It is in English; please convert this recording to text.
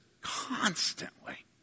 constantly